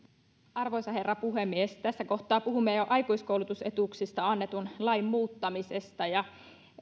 arvoisa herra puhemies tässä kohtaa puhumme jo aikuiskoulutusetuuksista annetun lain muuttamisesta